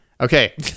Okay